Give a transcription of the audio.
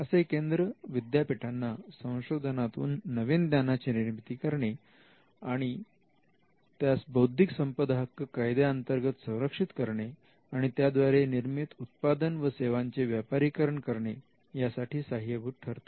असे केंद्र विद्यापीठांना संशोधनातून नवीन ज्ञानाची निर्मिती करणे त्यास बौद्धिक संपदा हक्क कायद्याअंतर्गत संरक्षित करणे आणि त्याद्वारे निर्मित उत्पादन व सेवांचे व्यापारीकरण करणे यासाठी साहाय्यभूत ठरते